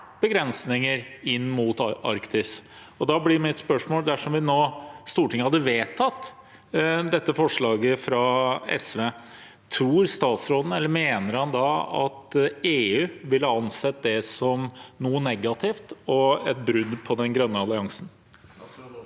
begrensninger inn mot Arktis. Da blir mitt spørsmål: Dersom Stortinget nå hadde vedtatt dette forslaget fra SV, tror statsråden at EU ville ansett det som noe negativt og et brudd på den grønne alliansen?